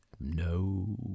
No